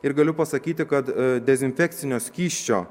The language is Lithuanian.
ir galiu pasakyti kad dezinfekcinio skysčio